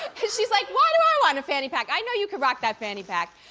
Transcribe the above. she's like, why do i want a fanny pack? i know you could rock that fanny pack.